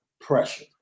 Pressure